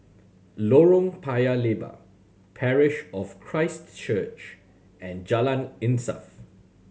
Lorong Paya Lebar Parish of Christ Church and Jalan Insaf